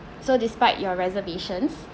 so despite your reservations